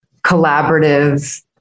collaborative